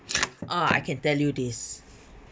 oh I can tell you this